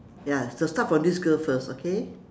ya so start from this girl first okay